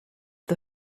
the